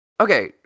okay